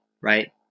right